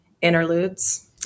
interludes